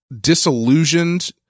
disillusioned